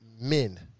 Men